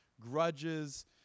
grudges